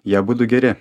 jie abudu geri